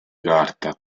carta